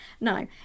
No